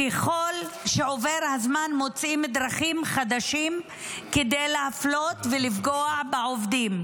ככל שעובר הזמן מוצאים דרכים חדשות כדי להפלות ולפגוע בעובדים.